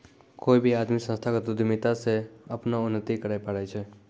कोय भी आदमी संस्थागत उद्यमिता से अपनो उन्नति करैय पारै छै